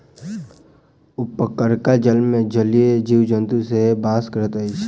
उपरका जलमे जलीय जीव जन्तु सेहो बास करैत अछि